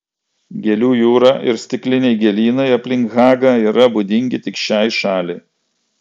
gėlių jūra ir stikliniai gėlynai aplink hagą yra būdingi tik šiai šaliai